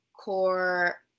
core